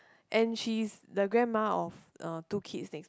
and she's the grandma of uh two kids next